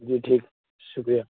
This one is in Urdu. جی ٹھیک شکریہ